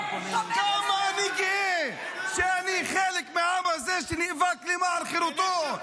כמה אני גאה שאני חלק מהעם הזה שנאבק למען חירותו.